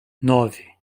nove